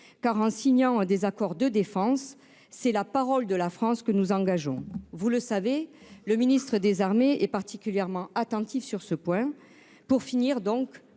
car en signant des accords de défense, c'est la parole de la France que nous engageons. Vous le savez, le ministre des armées est particulièrement attentif sur ce point. Je reprendrai,